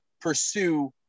pursue